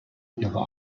ihrer